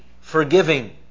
forgiving